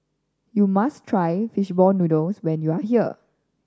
you must try fish ball noodles when you are here